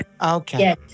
okay